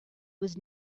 was